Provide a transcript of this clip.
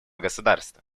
государства